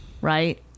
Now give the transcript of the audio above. Right